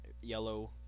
Yellow